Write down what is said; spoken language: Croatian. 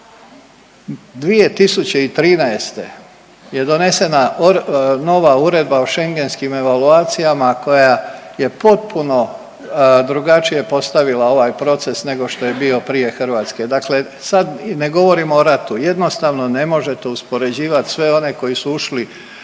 2013. je donesena nova Uredba o Schengenskim evaluacijama koja je potpuno drugačije postavila ovaj proces nego što je bio prije Hrvatske. Dakle, sad ne govorimo o ratu, jednostavno ne možete uspoređivati sve one koji su ušli